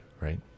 right